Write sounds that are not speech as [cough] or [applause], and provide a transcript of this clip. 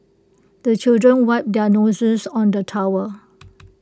the children wipe their noses on the towel [noise]